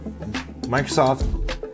microsoft